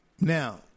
Now